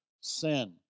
sin